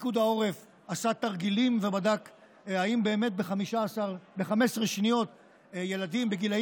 פיקוד העורף עשה תרגילים ובדק אם באמת ב-15 שניות ילדים בגילים